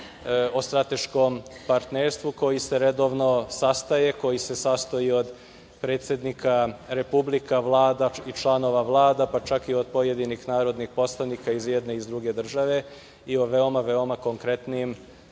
o strateškom partnerstvu koji se redovno sastaje, koji se sastoji od predsednika republika, vlada i članova vlada, pa čak i od pojedinih narodnih poslanika iz jedne i iz druge države i o veoma konkretnim